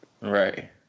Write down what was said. Right